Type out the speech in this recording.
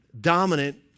dominant